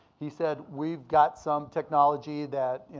he said, we've got some technology that,